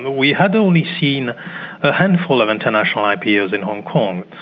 we had only seen a handful of international ipos in hong kong.